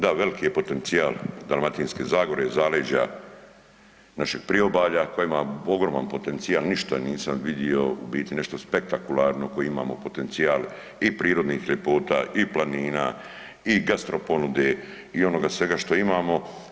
Da, veliki je potencijal Dalmatinske zagore i Zaleđa, našeg Priobalja koje ima ogroman potencijal, ništa nisam vidio u biti nešto spektakularno koji imamo potencijal i prirodnih ljepota i planina i gastro ponude i svega onoga što imamo.